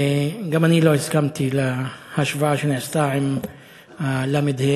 גם אני לא הסכמתי להשוואה שנעשתה עם הל"ה,